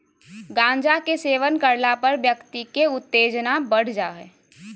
गांजा के सेवन करला पर व्यक्ति के उत्तेजना बढ़ जा हइ